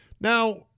Now